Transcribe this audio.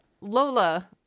Lola